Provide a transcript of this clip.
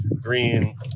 green